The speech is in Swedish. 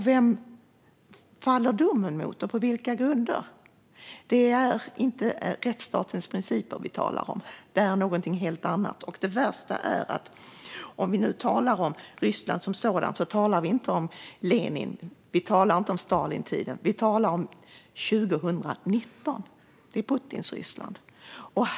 Vem faller domen mot och på vilka grunder? Det är inte rättsstatens principer vi talar om; det är någonting helt annat. Det värsta, om vi nu talar om Ryssland som sådant, är att vi inte talar om Lenintiden eller om Stalintiden. Vi talar om 2019. Det är Putins Ryssland.